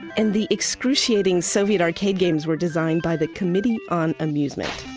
and the excruciating soviet arcade games were designed by the committee on amusement.